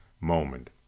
moment